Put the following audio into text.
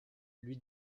lui